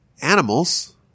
animals